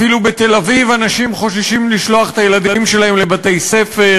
אפילו בתל-אביב אנשים חוששים לשלוח את הילדים שלהם לבתי-ספר.